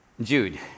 Jude